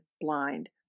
blind